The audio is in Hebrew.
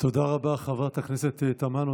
תודה רבה, חברת הכנסת תמנו.